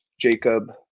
Jacob